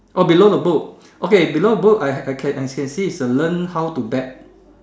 oh below the book okay below the book I can I can see is a learn how to bet